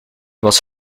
was